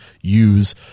use